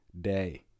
day